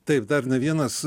taip dar nevienas